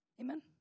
Amen